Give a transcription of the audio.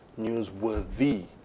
newsworthy